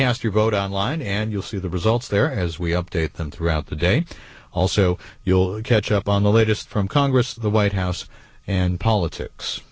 cast your vote online and you'll see the results there as we update them throughout the day also you'll catch up on the latest from congress the white house and politics